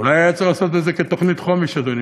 אולי היה צריך לעשות את זה כתוכנית חומש, אדוני.